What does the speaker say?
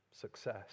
success